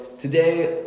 today